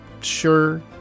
sure